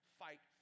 fight